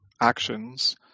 actions